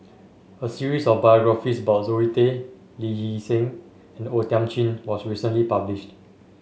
a series of biographies about Zoe Tay Lee Hee Seng and O Thiam Chin was recently published